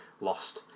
lost